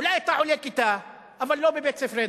אולי אתה עולה כיתה אבל לא בבית-ספרנו.